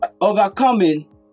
overcoming